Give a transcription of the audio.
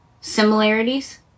Similarities